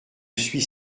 suis